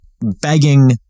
begging